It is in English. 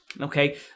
okay